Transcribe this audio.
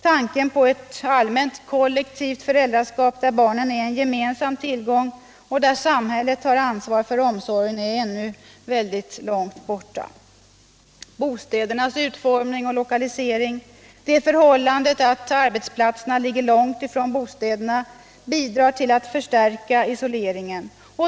Tanken på ett allmänt kollektivt föräldraskap, där barnen är gemensam tillgång och där samhället tar ansvaret för omsorgen, är ännu långt borta. Bostädernas utformning och lokalisering, det förhållandet att arbets platserna ligger långt från bostäderna, bidrar till att förstärka isoleringen.